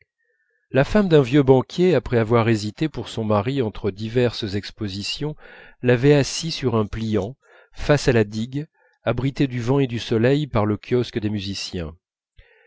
la femme d'un vieux banquier après avoir hésité pour son mari entre diverses expositions l'avait assis sur un pliant face à la digue abrité du vent et du soleil par le kiosque des musiciens